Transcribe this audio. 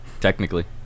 technically